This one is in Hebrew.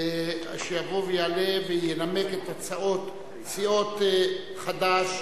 שיבוא ויעלה וינמק את הצעות סיעות חד"ש,